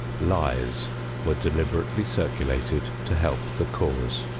lies were deliberately circulated to help the cause.